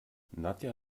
nadja